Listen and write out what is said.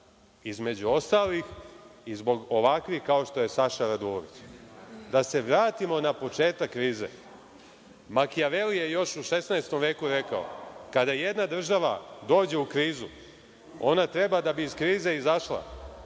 između ostalih, i zbog ovakvih kao što je Saša Radulović. Da se vratimo na početak krize, Makijaveli je još u XVI veku rekao – kada jedna država doše u krizu, ona treba, da bi iz krize izašla,